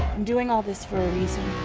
doing all this for a reason.